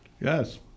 Yes